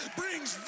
brings